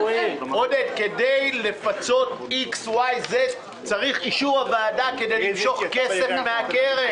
כדי לפצות צריך את אישור הוועדה כדי למשוך כסף מהקרן.